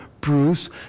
Bruce